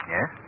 Yes